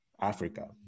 Africa